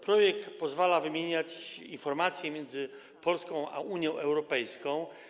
Projekt pozwala wymieniać informacje między Polską a Unią Europejską.